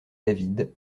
david